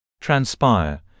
Transpire